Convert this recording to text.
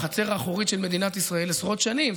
הוא החצר האחורית של מדינת ישראל עשרות שנים.